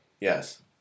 Yes